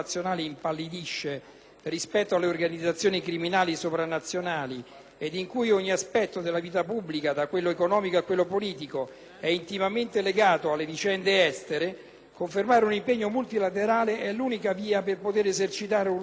rispetto alle organizzazioni criminali sopranazionali ed in cui ogni aspetto della vita pubblica, da quello economico a quello politico, è intimamente legato alle vicende estere, confermare un impegno multilaterale è l'unica via per poter esercitare un ruolo di primo piano.